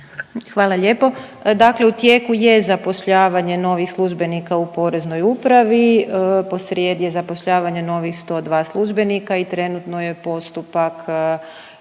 Hvala lijepo. Dakle, u tijeku je zapošljavanje novih službenika u Poreznoj upravi, posrijedi je zapošljavanje novih 102 službenika i trenutno je postupak